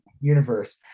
universe